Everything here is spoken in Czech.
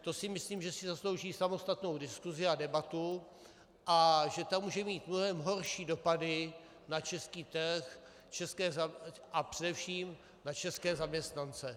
To si myslím, že si zaslouží samostatnou diskusi a debatu a že ta může mít mnohem horší dopady na český trh a především na české zaměstnance.